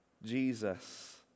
Jesus